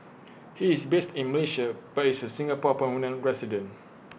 he is based in Malaysia but is A Singapore permanent resident